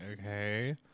okay